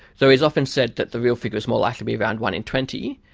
so he has often said that the real figure is more likely to be around one in twenty.